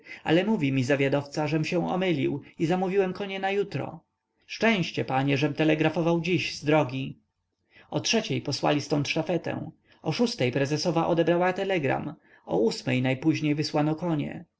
ale mówi mi zawiadowca żem się omylił i zamówiłem konie na jutro szczęście panie żem telegrafował dziś z drogi o trzeciej posłali ztąd sztafetę o szóstej prezesowa odebrała telegram o ósmej najpóźniej wysłano konie